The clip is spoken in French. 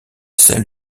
celle